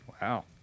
wow